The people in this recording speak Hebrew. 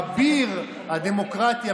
אביר הדמוקרטיה,